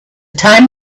time